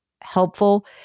helpful